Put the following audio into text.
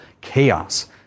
chaos